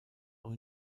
auch